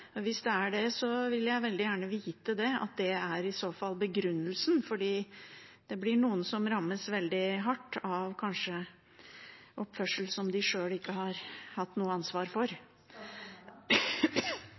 Hvis det er det, vil jeg veldig gjerne vite det – at det i så fall er begrunnelsen – for da blir det noen som rammes veldig hardt av en oppførsel som de sjøl kanskje ikke har hatt noe ansvar for.